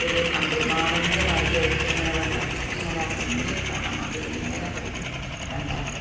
ഒരു അമ്പിളിമാമന്റെ മാരിയായിട്ടിങ്ങനെ വെള്ളത്തിലേക്കിങ്ങനെ ഇറങ്ങി പോകണ മാതിരി ഇങ്ങനെ തോന്നും കണ്ടാൽ